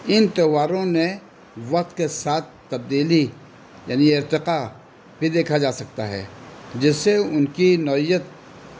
ان تہواروں نے وقت کے ساتھ تبدیلی یعنی ارتقا بھی دیکھا جا سکتا ہے جس سے ان کی نوعیت